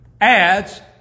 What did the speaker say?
ads